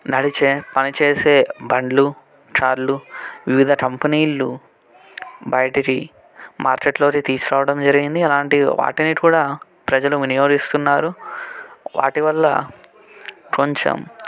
నడిచే పని చేసే బండ్లు కార్లు వివిధ కంపెనీలు బయటివి మార్కెట్లోకి తీసుకురావడం జరిగింది అలాంటి వాటిని కూడా ప్రజలు వినియోగిస్తున్నారు వాటి వల్ల కొంచెం